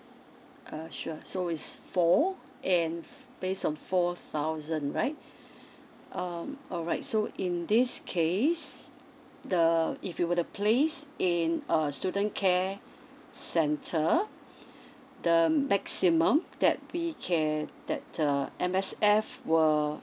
uh sure so is four and f~ based on four thousand right um alright so in this case the if you were to place in a student care centre the maximum that we can that uh M_S_F will